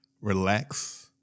relax